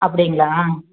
அப்படிங்களா